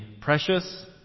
precious